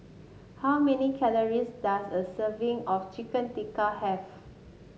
how many calories does a serving of Chicken Tikka have